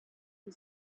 and